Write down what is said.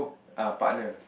err partner